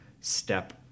step